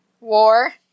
war